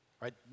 right